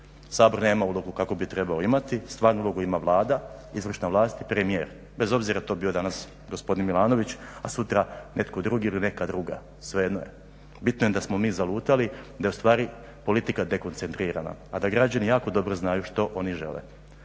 Sabor nema ulogu kakvu bi trebao imati, stvarnu ulogu ima Vlada, izvršna vlast, premijer, bez obzira bio to danas gospodin Milanović a sutra netko drugi ili neka druga, svejedno je. bitno je da smo mi zalutali, da ustvari politika dekoncentrirana, a da građani jako dobro znaju što oni žele.